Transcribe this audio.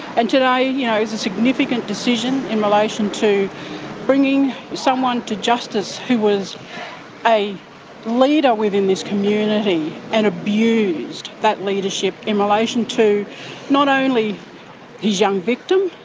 and today you know was a significant decision in relation to bringing someone to justice who was a leader within this community and abused that leadership in relation to not only his young victim,